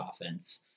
offense